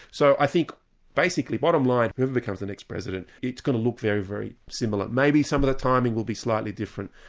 so i think basically bottom line whoever becomes the next president, it's going to look very, very similar. maybe some of the timing will be slightly different,